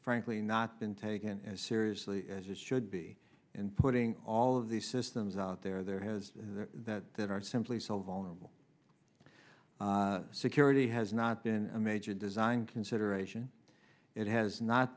frankly not been taken as seriously as it should be in putting all of these systems out there there has that there are simply so vulnerable security has not been a major design consideration it has not